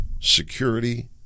security